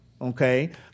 okay